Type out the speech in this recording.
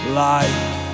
life